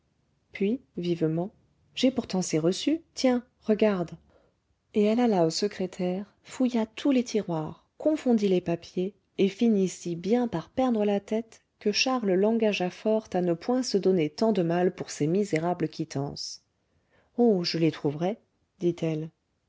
puis vivement j'ai pourtant ses reçus tiens regarde et elle alla au secrétaire fouilla tous les tiroirs confondit les papiers et finit si bien par perdre la tête que charles l'engagea fort à ne point se donner tant de mal pour ces misérables quittances oh je les trouverai dit-elle